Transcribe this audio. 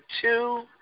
two